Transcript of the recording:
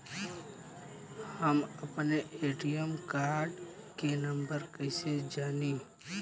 हम अपने ATM card के नंबर कइसे जानी?